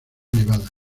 nevada